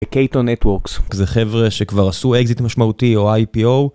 וקייטו נטוורקס, זה חבר'ה שכבר עשו אקזיט משמעותי או IPO